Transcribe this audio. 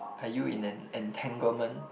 are you in an entanglement